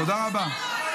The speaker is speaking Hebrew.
תודה רבה.